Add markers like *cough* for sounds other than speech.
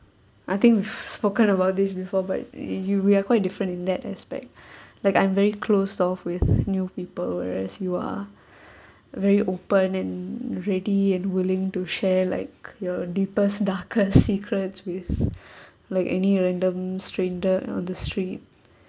I think *laughs* we've spoken about this before but you we're quite different in that aspect *breath* like I'm very close off with new people whereas you are *breath* very open and ready and willing to share like your *laughs* deepest darkest secrets with *breath* like any random strangers on the street